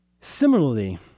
Similarly